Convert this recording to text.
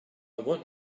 want